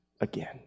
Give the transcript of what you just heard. again